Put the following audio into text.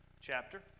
chapter